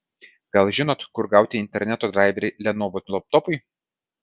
gal žinot kur gauti interneto draiverį lenovo laptopui